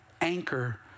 anchor